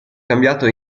cambiato